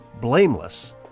blameless